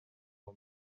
bon